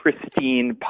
pristine